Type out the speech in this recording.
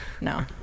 no